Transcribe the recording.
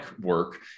work